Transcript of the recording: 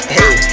Hey